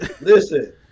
listen